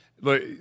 look